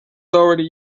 already